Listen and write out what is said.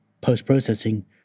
post-processing